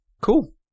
cool